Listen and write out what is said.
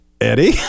Eddie